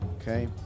okay